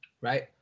right